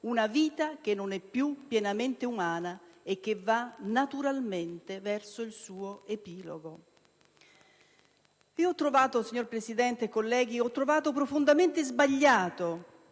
una vita che non è più pienamente umana e che va naturalmente verso il suo epilogo». Ho trovato, signor Presidente, colleghi, profondamente sbagliata,